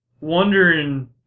wondering